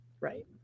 right